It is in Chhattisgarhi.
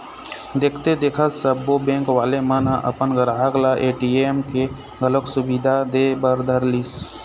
देखथे देखत सब्बो बेंक वाले मन ह अपन गराहक ल ए.टी.एम के घलोक सुबिधा दे बर धरलिस